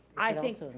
i think,